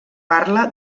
parla